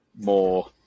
more